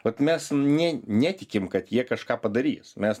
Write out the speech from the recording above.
vat mes ne netikim kad jie kažką padarys mes